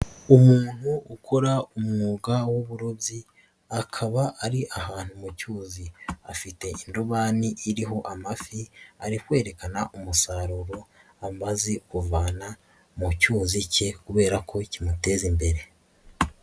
Umuntu ukora umwuga w'uburobyi, akaba ari ahantu mu cyuzi afite indobani iriho amafi ari kwerekana umusaruro amaze kuvana mu cyuzi cye kubera ko kimuteza imbere.